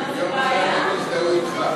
למה, זאת בעיה?